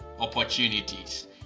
opportunities